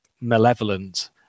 malevolent